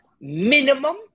minimum